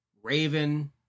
Raven